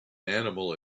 animal